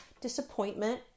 disappointment